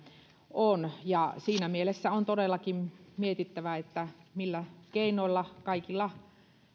on siinä mielessä on todellakin mietittävä millä kaikilla